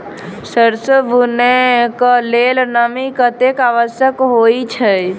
सैरसो बुनय कऽ लेल नमी कतेक आवश्यक होइ छै?